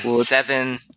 Seven